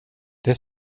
det